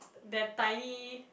that tiny